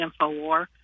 InfoWar